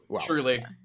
Truly